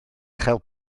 chael